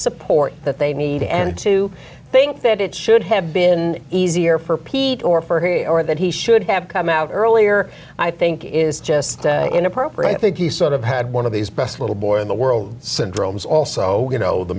support that they need and to think that it should have been easier for pete or for he or that he should have come out earlier i think is just inappropriate i think he sort of had one of these best little boy in the world syndrome is also you know the